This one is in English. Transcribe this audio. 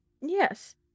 Yes